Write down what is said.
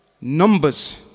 numbers